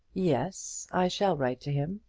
yes i shall write to him.